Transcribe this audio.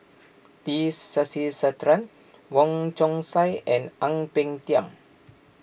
T Sasitharan Wong Chong Sai and Ang Peng Tiam